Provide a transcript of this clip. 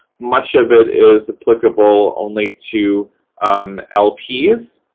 much of it is applicable only to um lps,